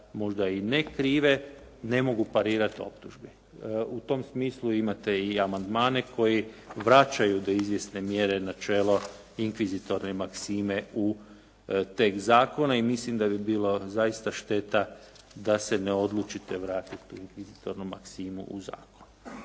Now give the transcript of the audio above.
možda i ne krive, ne mogu parirati optužbi. U tom smislu imate i amandmane koji vraćaju do izvjesne mjere načelo inkvizitorne maksime u tekst zakona i mislim da bi bilo zaista šteta da se ne odlučite vratiti u inkvizitornu maksimu u zakon.